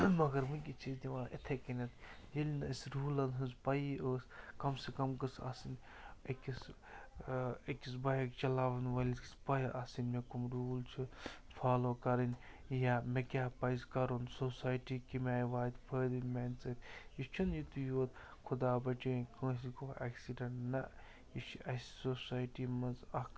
مگر وٕنۍکٮ۪س چھِ أسۍ دِوان یِتھَے کٔنٮ۪تھ ییٚلہِ نہٕ أسۍ روٗلَن ہٕنٛز پَیی ٲس کَم سے کَم گٔژھ آسٕنۍ أکِس أکِس بایِک چَلاوَن وٲلِس گَژھِ پَے آسٕنۍ مےٚ کَم روٗل چھِ فالو کَرٕنۍ یا مےٚ کیٛاہ پَزِ کَرُن سوسایٹی کَمہِ آیہِ واتہِ فٲیدٕ میٛانہِ سۭتۍ یہِ چھُنہٕ یُتُے یوت خۄدا بَچٲیِن کٲنٛسہِ گوٚو اٮ۪کسِڈٮ۪نٛٹ نہ یہِ چھِ اَسہِ سوسایٹی منٛز اَکھ